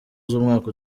z’umwaka